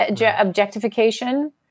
objectification